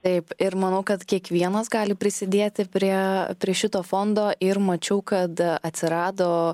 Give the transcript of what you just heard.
taip ir manau kad kiekvienas gali prisidėti prie prie šito fondo ir mačiau kad atsirado